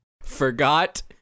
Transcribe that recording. forgot